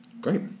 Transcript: Great